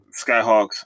Skyhawks